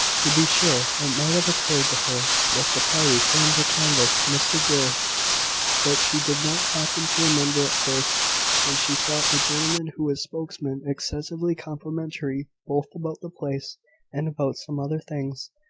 to be sure, it might have occurred to her that the party came to canvass mr grey but she did not happen to remember at first and she thought the gentleman who was spokesman excessively complimentary, both about the place and about some other things,